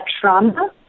trauma